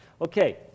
Okay